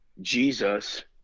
Jesus